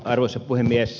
arvoisa puhemies